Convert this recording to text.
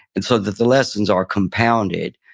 and so that the lessons are compounded.